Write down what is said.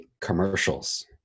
commercials